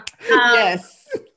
Yes